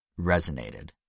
resonated